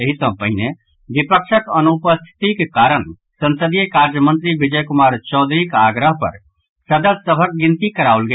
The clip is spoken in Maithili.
एहि सॅ पहिने विपक्षक अनुपस्थितिक कारण संसदीय कार्य मंत्री विजय कुमार चौधरीक आग्रह पर सदस्य सभक गिनती कराओल गेल